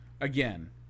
Again